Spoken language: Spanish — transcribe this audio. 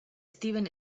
steven